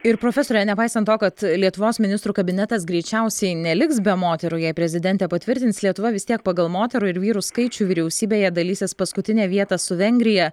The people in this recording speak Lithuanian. ir profesore nepaisant to kad lietuvos ministrų kabinetas greičiausiai neliks be moterų jei prezidentė patvirtins lietuva vis tiek pagal moterų ir vyrų skaičių vyriausybėje dalysis paskutinę vietą su vengrija